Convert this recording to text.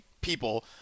people